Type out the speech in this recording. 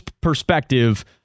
perspective